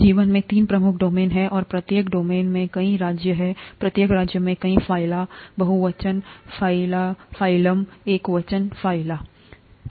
जीवन में तीन प्रमुख डोमेन हैं और प्रत्येक डोमेन में कई राज्य हैं प्रत्येक राज्य में कई फ़ाइला बहुवचनफ़ाइलमफ़ाइलम एकवचन फ़ाइला बहुवचन हैं